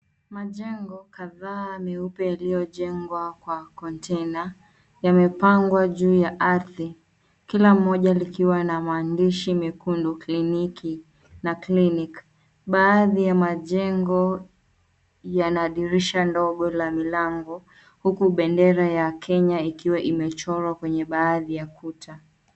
Majengo kadhaa meupe yaliyojengwa kwa container yamepangwa juu ya ardhi. Kila mmoja likiwa na maandishi mekundu, Kliniki na clinic . Baadhi ya majengo, yana dirisha ndogo la milango, huku bendera ya Kenya ikiwa imechorwa kwenye baadhi ya kuta.